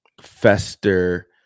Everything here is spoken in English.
fester